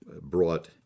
brought